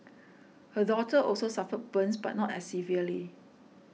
her daughter also suffered burns but not as severely